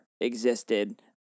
existed